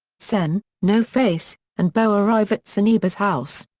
sen, no-face, and boh arrive at zeniba's house.